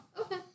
Okay